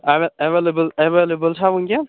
available available چھا وُنٛکیٚن